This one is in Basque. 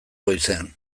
goizean